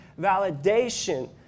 validation